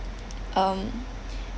um